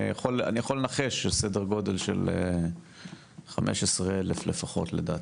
אני יכול לנחש, סדר גודל של 15 אלף לפחות, לדעתי.